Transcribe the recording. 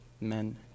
men